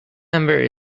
number